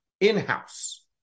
in-house